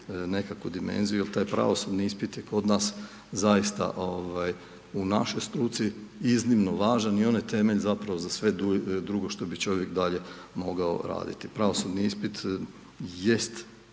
nekakvu dimenziju jer taj pravosudni ispit je kod nas zaista u našoj struci iznimno važan i on je temelj zapravo za sve drugo što bi čovjek dalje mogao raditi. Pravosudni ispit jest,